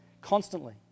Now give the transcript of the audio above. constantly